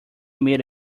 made